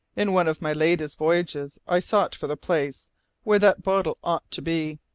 in one of my latest voyages i sought for the place where that bottle ought to be.